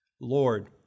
Lord